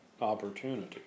opportunity